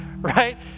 right